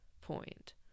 point